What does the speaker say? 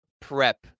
prep